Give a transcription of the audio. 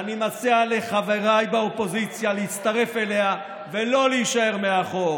ואני מציע לחבריי באופוזיציה להצטרף אליה ולא להישאר מאחור.